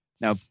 Now